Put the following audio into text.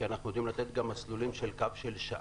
אנחנו יודעים לתת גם מסלולים של קו של שעה.